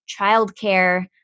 childcare